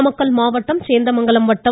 நாமக்கல் மாவட்டம் சேந்தமங்கலம் வட்டம்